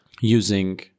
using